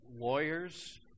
lawyers